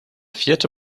vierte